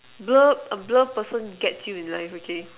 blur a blur person gets you in life okay